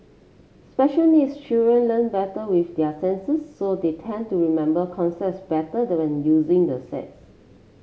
special needs children learn better with their senses so they tend to remember concepts better they when using the sets